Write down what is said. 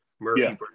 Murphy